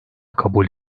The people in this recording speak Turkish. kabul